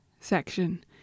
section